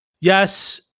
Yes